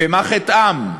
ומה חטאם?